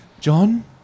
John